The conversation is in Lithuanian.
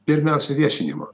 pirmiausia viešinimo